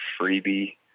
freebie